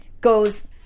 goes